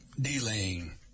D-Lane